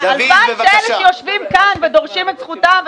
הלוואי שאלה שיושבים כאן ודורשים את זכותם,